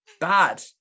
bad